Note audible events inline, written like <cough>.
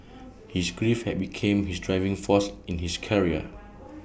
<noise> his grief had become his driving force in his career <noise>